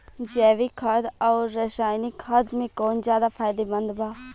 जैविक खाद आउर रसायनिक खाद मे कौन ज्यादा फायदेमंद बा?